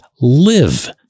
live